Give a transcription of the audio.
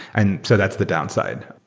and so that's the downside.